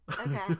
Okay